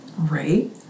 right